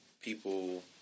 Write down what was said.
people